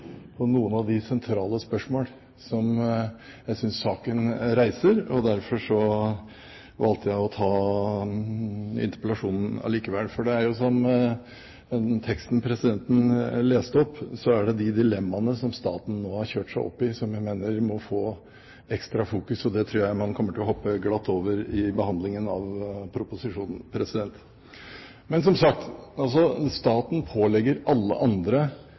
på de sentrale spørsmålene som jeg synes saken reiser. Derfor valgte jeg å ta interpellasjonen likevel. For det er jo som i teksten presidenten leste opp, at det er de dilemmaene som staten nå har kjørt seg opp i, jeg mener må få ekstra fokus. Det tror jeg man kommer til å hoppe glatt over i behandlingen av proposisjonen. Staten pålegger alle andre